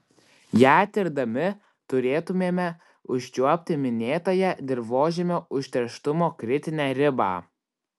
ją tirdami turėtumėme užčiuopti minėtąją dirvožemio užterštumo kritinę ribą